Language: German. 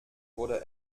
wurde